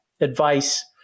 advice